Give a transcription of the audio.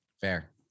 Fair